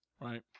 Right